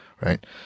right